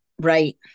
Right